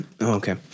Okay